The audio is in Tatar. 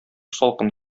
салкын